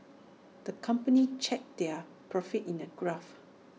the company charted their profits in A graph